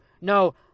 no